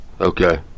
Okay